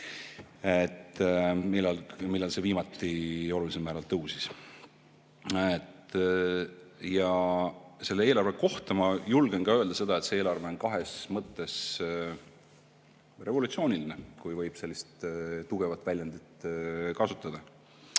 millal see viimati olulisel määral tõusis? Ja selle eelarve kohta ma julgen ka öelda seda, et see eelarve on kahes mõttes revolutsiooniline, kui võib sellist tugevat väljendit kasutada.